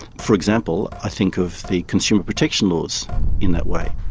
for example, i think of the consumer protection laws in that way.